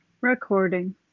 Recording